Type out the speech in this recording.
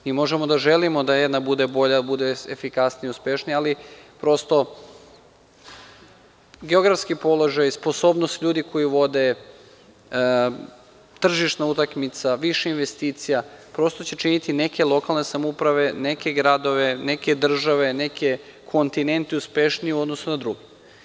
Mi možemo da želimo da jedna bude bolja, da bude efikasnija, uspešnija, ali prosto geografski položaj, sposobnost ljudi koji vode, tržišna utakmica, više investicija, prosto će činiti neke lokalne samouprave, neke gradove, neke države, neke kontinente uspešnijim u odnosu na druge.